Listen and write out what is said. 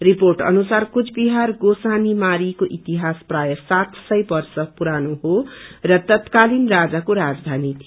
report अनुसर कुचबिहार गोसानीमारीको इतिहास प्रायः सात सय वर्ष पुरानो हो र तात्कालिन राजाको राजधानी थियो